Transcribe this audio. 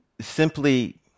simply